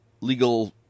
legal